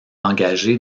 engagée